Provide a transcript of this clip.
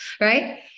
Right